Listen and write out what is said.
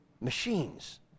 machines